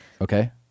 Okay